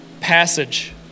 passage